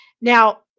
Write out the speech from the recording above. Now